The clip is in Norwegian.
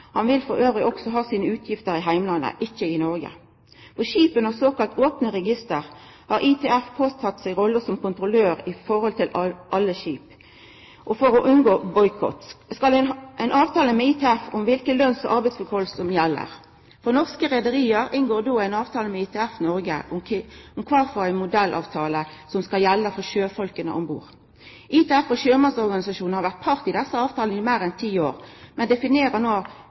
Han vil elles ha utgiftene sine i heimlandet, ikkje i Noreg. For skip under såkalla opne register har ITF teke på seg rolla som kontrollør for alle skip, og for å unngå boikott skal ein ha ein avtale med ITF om kva for lønns- og arbeidsvilkår som gjeld. For norske rederi inngår då ein avtale med ITF Norge om kva for modellavtale som skal gjelda for sjøfolka om bord. ITF og sjømannsorganisasjonane har vore part i desse avtalane i meir enn ti år, men definerer no